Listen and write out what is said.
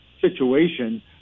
situation